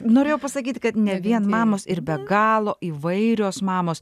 norėjau pasakyti kad ne vien mamos ir be galo įvairios mamos